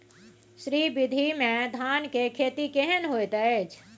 श्री विधी में धान के खेती केहन होयत अछि?